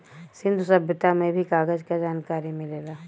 सिंन्धु सभ्यता में भी कागज क जनकारी मिलेला